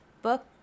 book